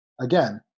again